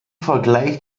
vergleich